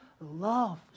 love